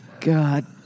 God